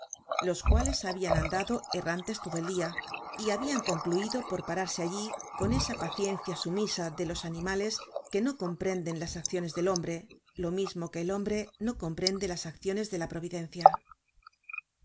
los cuales habian andado errantes todo el dia y habian concluido por pararse allí con esa paciencia sumisa de los animales que no comprenden las acciones del hombre lo mismo que el hombre no comprende las acciones de la providencia